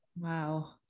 wow